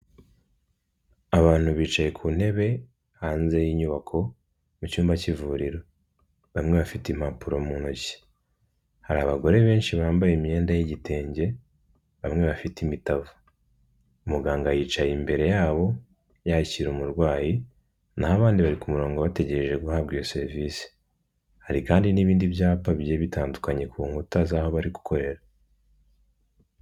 Abantu bicaye ku ntebe hanze y'inyubako mu cyumba k'ivuriro bamwe bafite impapuro mu ntoki, hari abagore benshi bambaye imyenda y'igitenge bamwe bafite imitavu. Muganga yicaye imbere yabo yakira umurwayi naho abandi bari ku murongo bategereje guhabwa iyo serivise. Hari kandi n'ibindi byapa bigiye bitandukanye ku nkuta z'aho bari gukorera.